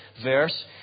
verse